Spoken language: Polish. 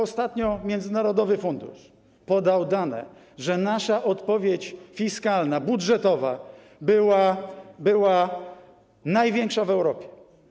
Ostatnio międzynarodowy fundusz podał dane, że nasza odpowiedź fiskalna, budżetowa była największa w Europie.